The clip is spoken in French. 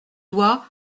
doigt